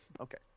Okay